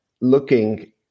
looking